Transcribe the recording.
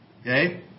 okay